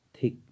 thick